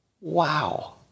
Wow